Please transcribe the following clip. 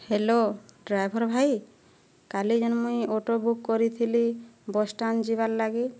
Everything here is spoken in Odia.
ହ୍ୟାଲୋ ଡ୍ରାଇଭର ଭାଇ କାଲି ଯେନ୍ ମୁଇଁ ଅଟୋ ବୁକ୍ କରିଥିଲି ବସ୍ଷ୍ଟାଣ୍ଡ ଯିବାର୍ ଲାଗି